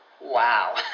Wow